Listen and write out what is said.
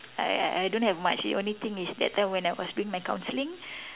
!aiya! I I don't have much the only thing is when I was doing my counselling